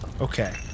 Okay